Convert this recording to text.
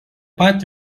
pat